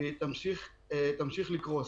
והיא תמשיך לקרוס.